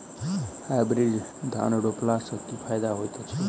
Hybrid धान रोपला सँ की फायदा होइत अछि?